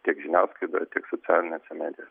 tiek žiniasklaidoje tiek socialinėse medijo